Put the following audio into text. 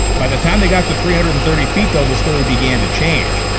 by the time they got to three hundred and thirty feet though the story began to change.